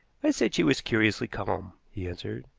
i said she was curiously calm, he answered.